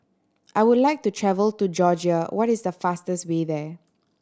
I would like to travel to Georgia what is the fastest way there